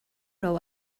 roll